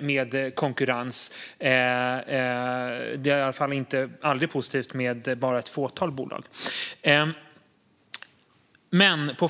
med konkurrens. Det är i varje fall aldrig positivt med bara ett fåtal bolag.